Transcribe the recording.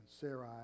Sarai